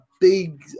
big